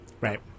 Right